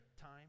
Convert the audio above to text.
time